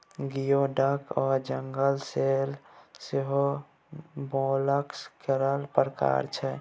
गियो डक आ जंगल सेल सेहो मोलस्का केर प्रकार छै